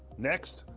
next,